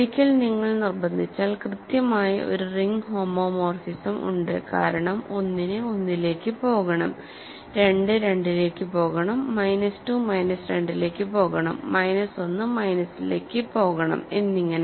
ഒരിക്കൽ നിങ്ങൾ നിർബന്ധിച്ചാൽ കൃത്യമായി ഒരു റിംഗ് ഹോമോമോർഫിസം ഉണ്ട് കാരണം 1 ന് 1 ലേക്ക് പോകണം 2 2 ലേക്ക് പോകണം മൈനസ് 2 മൈനസ് 2 ലേക്ക് പോകണം മൈനസ് 1 മൈനസ് 1 ലേക്ക് പോകണം എന്നിങ്ങനെ